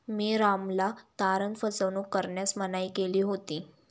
मी रामला तारण फसवणूक करण्यास मनाई केली होती